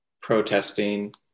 protesting